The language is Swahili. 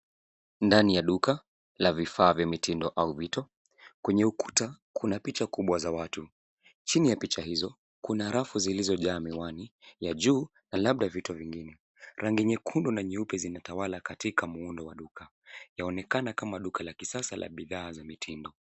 Ndani ya duka la vifaa vya mitindo au vitu. Kwenye ukuta kuna picha kubwa za watu. Chini ya picha hizo kuna rafu zilizojaa miwani ya juu na labda vitu vingine. Rangi nyekundu na nyeupe zinatawala katika muundo wa duka. Inaonekana kama duka la kisasa la bidhaa za mitindo.